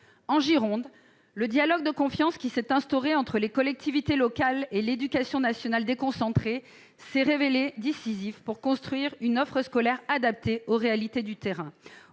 En Gironde, le dialogue de confiance qui s'est instauré entre les collectivités locales et l'éducation nationale déconcentrée s'est révélé décisif pour construire une offre scolaire adaptée aux réalités du terrain.